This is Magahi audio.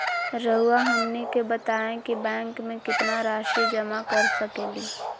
रहुआ हमनी के बताएं कि बैंक में कितना रासि जमा कर सके ली?